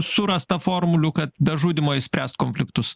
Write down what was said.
surasta formulių kad be žudymo išspręst konfliktus